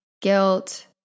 guilt